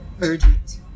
urgent